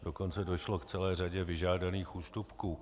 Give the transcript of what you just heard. Dokonce došlo k celé řadě vyžádaných ústupků.